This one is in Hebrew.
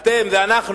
"אתם" זה אנחנו,